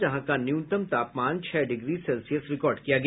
जहां का न्यूनतम तापमान छह डिग्री सेल्सियस रिकॉर्ड किया गया